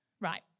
right